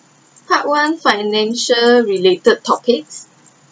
part one financial related topics